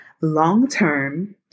long-term